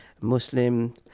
muslim